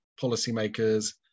policymakers